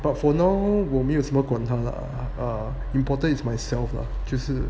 but for now 我没有什么管他 lah err important is myself lah 就是